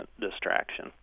distraction